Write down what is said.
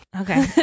Okay